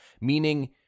Meaning